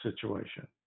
situation